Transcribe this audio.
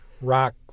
rock